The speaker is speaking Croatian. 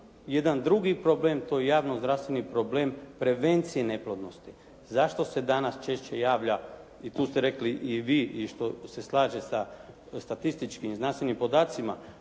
jedan drugi problem, a to je javno zdravstveni problem prevencije neplodnosti, zašto se danas češće javlja. I tu ste rekli i vi i što se slaže sa statističkim znanstvenim podacima